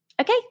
Okay